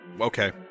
Okay